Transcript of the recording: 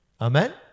Amen